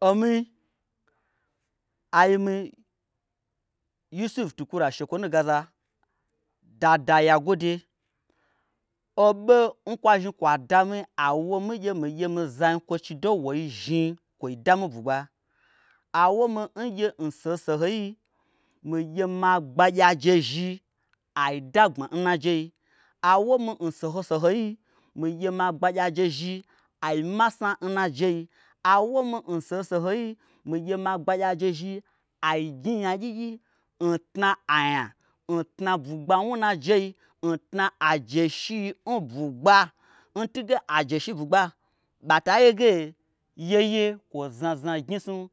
Omi ayimi yusuf tukura shekwonugaza dada ya gwode oɓo nkwa zhni kwo'a dami awomi ngye migye omizanyikwochi do woi zhni kwoi dami bwugba awomi ngye n. soho sohoi migye magbagyi'aje zhi ai dagbma nnajei awo mi n soho sohoi migye ma gbagyi'aje zhi ai masna nnajei. awomi n soho sohoi migye ma gbagyiaje zhi aignyi nyagyigyi ntna. anya ntna bwugbawnu nnajei ntna ajeshi n bwugba ntunge ajeshi n bwugba. ɓata yege yeye kwo znazna gnyi. snum